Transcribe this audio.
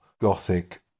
gothic